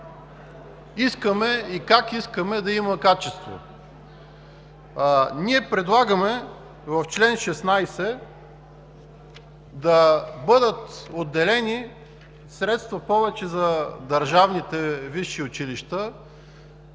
искаме и как искаме да има качество? Ние предлагаме в чл. 16 да бъдат отделени повече средства за държавните висши училища